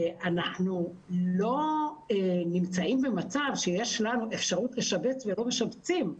אנחנו לא נמצאים במצב שיש לנו אפשרות לשבץ ולא משבצים.